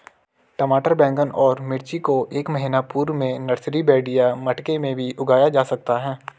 टमाटर बैगन और मिर्ची को एक महीना पूर्व में नर्सरी बेड या मटके भी में उगाया जा सकता है